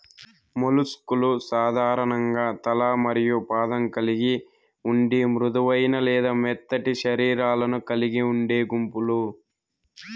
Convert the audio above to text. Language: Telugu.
మొలస్క్ లు సాధారణంగా తల మరియు పాదం కలిగి ఉండి మృదువైన లేదా మెత్తటి శరీరాలను కలిగి ఉండే గుంపులు